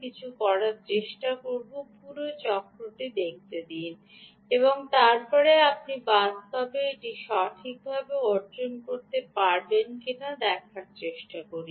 কিছু করার চেষ্টা করার পুরো চক্রটি দেখতে দিন এবং তারপরে আপনি বাস্তবে এটি সঠিকভাবে অর্জন করতে পারবেন কিনা তা বাস্তবে দেখার চেষ্টা করি